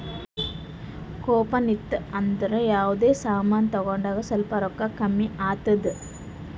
coupon ಇತ್ತು ಅಂದುರ್ ಯಾವ್ದರೆ ಸಮಾನ್ ತಗೊಂಡಾಗ್ ಸ್ವಲ್ಪ್ ರೋಕ್ಕಾ ಕಮ್ಮಿ ಆತ್ತುದ್